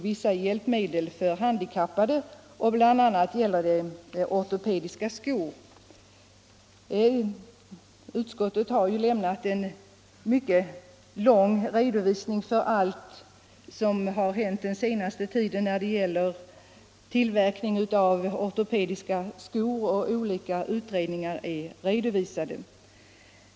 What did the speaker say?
dikappade, bl.a. ortopediska skor. Utskottet har lämnat en mycket utförlig redovisning över allt som hänt den senaste tiden när det gäller tillverkning av ortopediska skor, och olika utredningar är redovisade.